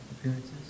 appearances